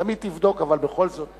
תמיד תבדוק בכל זאת